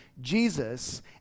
Jesus